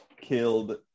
killed